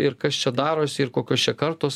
ir kas čia darosi ir kokios čia kartos